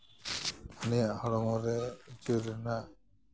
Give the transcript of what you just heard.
ᱩᱱᱤᱭᱟᱜ ᱦᱚᱲᱢᱚ ᱨᱮ ᱩᱪᱟᱹᱲ ᱨᱮᱱᱟᱜ